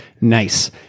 Nice